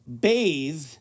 bathe